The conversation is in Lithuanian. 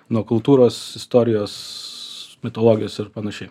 nuo kultūros istorijos mitologijos ir panašiai